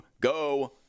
go